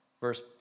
Verse